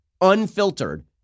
unfiltered